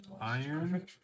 iron